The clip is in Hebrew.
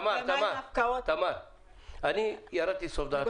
תמר, אני ירדתי לסוף דעתך.